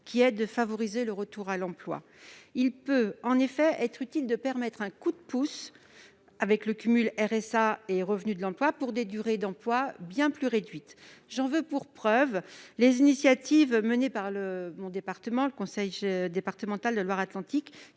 qui est de favoriser le retour à l'emploi. Il peut en effet être utile de permettre un coup de pouce, le cumul du RSA et des revenus de l'emploi, pour des durées d'emploi bien plus réduites. J'en veux pour preuve les initiatives lancées par le conseil départemental de Loire-Atlantique,